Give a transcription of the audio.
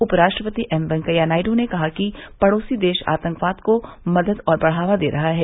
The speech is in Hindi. उपराष्ट्रपति एम वैंकेया नायडू ने कहा कि पड़ोसी देश आतंकवाद को मदद और बढ़ावा दे रहा है